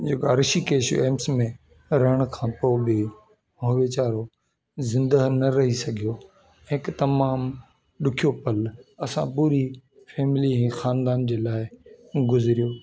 जेका ऋषिकेश एम्स में रहण खां पोइ बि हो वीचारो ज़ींदह न रही सघियो ऐं हिकु तमामु डुखियो पल असां पूरी फैमिली खानदान जे लाइ गुज़रियूं